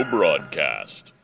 Broadcast